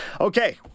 Okay